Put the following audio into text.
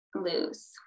lose